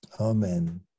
Amen